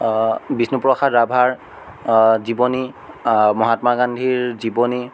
বিষ্ণুপ্ৰসাদ ৰাভাৰ জীৱনী মহাত্মা গান্ধীৰ জীৱনী